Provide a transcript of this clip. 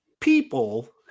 people